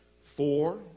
Four